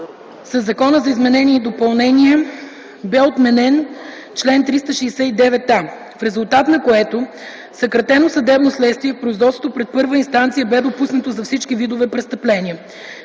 Наказателно-процесуалния кодекс бе отменен чл. 369а, в резултат на което съкратено съдебно следствие в производството пред първа инстанция бе допуснато за всички видове престъпления.